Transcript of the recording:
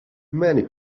many